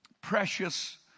precious